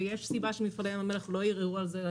ויש סיבה שמפעלי ים המלח לא ערערו על זה.